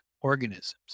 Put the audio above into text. organisms